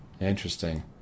Interesting